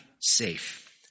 safe